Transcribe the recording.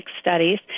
studies